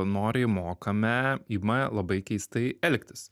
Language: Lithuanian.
noriai mokame ima labai keistai elgtis